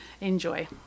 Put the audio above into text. enjoy